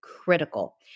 critical